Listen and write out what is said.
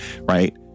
right